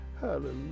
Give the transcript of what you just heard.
hallelujah